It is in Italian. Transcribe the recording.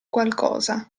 qualcosa